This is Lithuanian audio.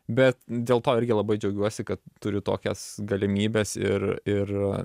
bet dėl to irgi labai džiaugiuosi kad turiu tokias galimybes ir ir